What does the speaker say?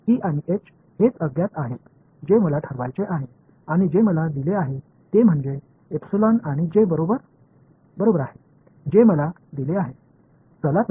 E மற்றும் H என்ன என்பது தெரியவில்லை அதை நான் தீர்மானிக்க விரும்புகிறேன் எனக்கு வழங்கப்படுவது எப்சிலன் மற்றும் J தான் எனக்கு வழங்கப்பட்டுள்ளது